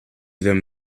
them